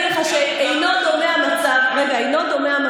אני רוצה להגיד לך שלא דומה המצב בארבע